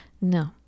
No